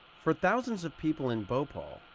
for thousands of people in bhopal,